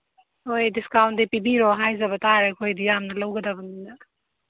ꯍꯣꯏ ꯗꯤꯁꯀꯥꯎꯟꯗꯤ ꯄꯤꯕꯤꯔꯣ ꯍꯥꯏꯖꯕ ꯇꯥꯔꯦ ꯑꯩꯈꯣꯏꯗꯤ ꯌꯥꯝꯅ ꯂꯧꯒꯗꯕꯅꯤꯅ